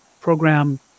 program